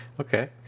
Okay